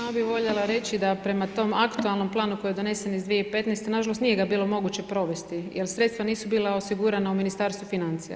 Samo bi voljela reći da je prema tom aktualnom planu koji je donesen iz 2015., nažalost nije ga bilo moguće provesti jer sredstva nisu bila osigurana u Ministarstvu financija.